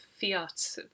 fiat